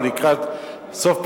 או לקראת סוף פרישתו,